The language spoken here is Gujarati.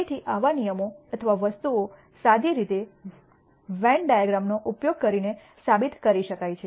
તેથી આવા નિયમો અથવા વસ્તુઓ સાદી રીતે વેન ડાયાગ્રામનો ઉપયોગ કરીને સાબિત કરી શકાય છે